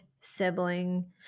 sibling